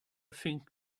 think